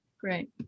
Great